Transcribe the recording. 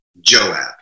Joab